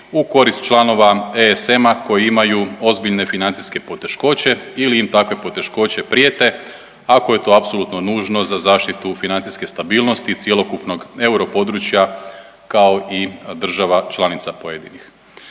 u korist članova ESM-a koji imaju ozbiljne financijske poteškoće ili im takve poteškoće prijete ako je to apsolutno nužno za zaštitu financijske stabilnosti cjelokupnog europodručja kao i država članica pojedinih.